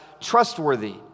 trustworthy